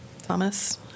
Thomas